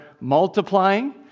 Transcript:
multiplying